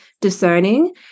discerning